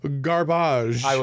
garbage